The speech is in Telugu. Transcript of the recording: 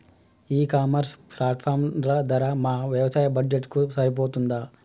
ఈ ఇ కామర్స్ ప్లాట్ఫారం ధర మా వ్యవసాయ బడ్జెట్ కు సరిపోతుందా?